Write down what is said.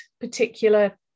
particular